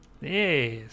Yes